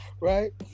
Right